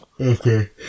okay